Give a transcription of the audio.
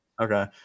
Okay